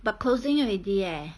but closing already eh